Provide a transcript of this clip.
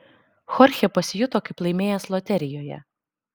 chorchė pasijuto kaip laimėjęs loterijoje